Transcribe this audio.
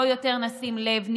בואו נשים לב יותר,